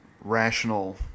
rational